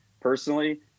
personally